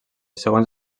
segons